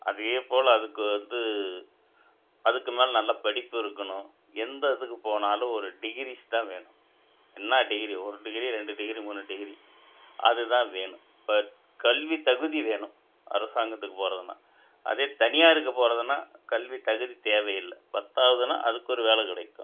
அதே போல அதுக்கு வந்து அதுக்கு மேலே நல்ல படிப்பு இருக்கணும் எந்த இதுக்கு போனாலும் ஒரு டிகிரிஸ் தான் வேணும் என்ன டிகிரி ஒரு டிகிரி ரெண்டு டிகிரி மூணு டிகிரி அது தான் வேணும் இப்போ கல்வி தகுதி வேணும் அரசாங்கத்துக்கு போகிறதுன்னா அதே தனியாருக்குப் போகிறதுன்னா கல்வி தகுதி தேவையில்லை பத்தாவதுன்னால் அதுக்கு ஒரு வேலை கிடைக்கும்